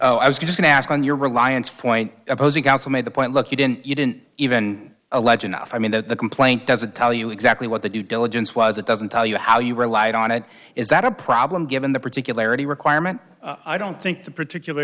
yes i was going to ask on your reliance point opposing counsel made the point look you didn't you didn't even allege and i mean that the complaint doesn't tell you exactly what that you diligence was it doesn't tell you how you relied on it is that a problem given the particularities requirement i don't think the particular